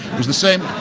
it's the same,